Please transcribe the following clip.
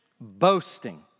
Boasting